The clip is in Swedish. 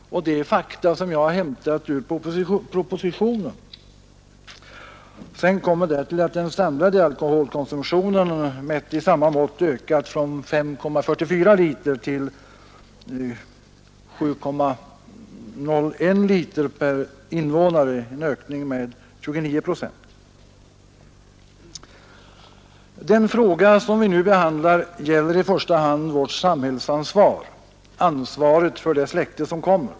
Det är fakta som jag har hämtat ur propositionen. Därtill kommer att den samlade alkoholkonsumtionen mätt i samma mått har ökat från 5,44 liter till 7,01 liter per invånare, en ökning med 29 procent. Den fråga som vi nu behandlar gäller i första hand vårt samhällsansvar, ansvaret för det släkte som kommer.